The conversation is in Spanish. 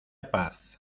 paz